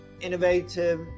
innovative